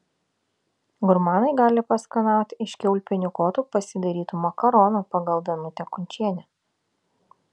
gurmanai gali paskanauti iš kiaulpienių kotų pasidarytų makaronų pagal danutę kunčienę